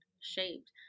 shaped